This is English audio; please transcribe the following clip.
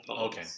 Okay